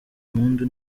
impundu